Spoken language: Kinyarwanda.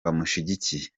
bamushigikiye